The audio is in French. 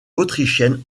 autrichienne